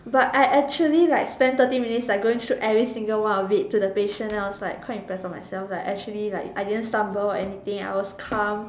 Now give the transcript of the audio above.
but I actually like spent thirty minutes like going through every single one of it to the patient then I was like quite impressed with myself lah I didn't stumble I was calm